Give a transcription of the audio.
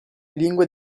lingue